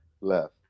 Left